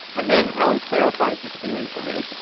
and then allen clarifies his theory for me.